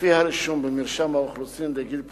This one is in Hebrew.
לפי הרישום במרשם האוכלוסין, לגיל פרישה,